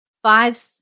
Five